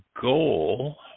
goal